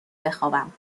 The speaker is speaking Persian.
بخوابم